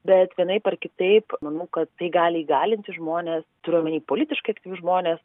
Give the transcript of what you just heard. bet vienaip ar kitaip manau kad tai gali įgalinti žmones turiu omeny politiškai jų žmones